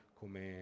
come